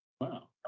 Wow